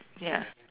ya